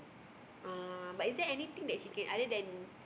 ah but is there anything that she can other than